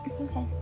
Okay